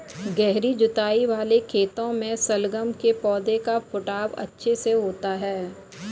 गहरी जुताई वाले खेतों में शलगम के पौधे का फुटाव अच्छे से होता है